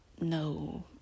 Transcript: no